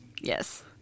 Yes